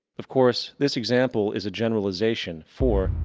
of course, this example is a generalization. for,